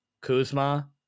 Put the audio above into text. Kuzma